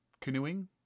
canoeing